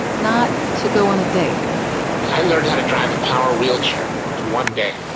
not, to go on a date i learned how to drive a power wheelchair in one day.